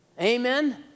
Amen